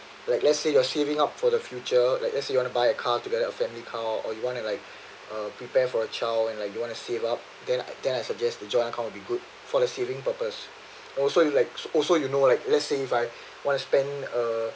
like let's say you are saving up for the future like as you want to buy a car together a family car or you want to like uh prepare for a child and like you want to save up then I then I suggest the joint account be good for the saving purpose also you like also you know like listen if I want to spend uh